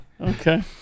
Okay